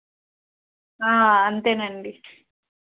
అంతే అండి